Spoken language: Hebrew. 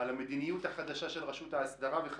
על המדיניות החדשה של הרשות ההסדרה וכדומה.